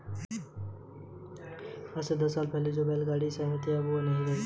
आज से दस साल पहले जो बैल गाड़ी की अहमियत थी वो अब नही रही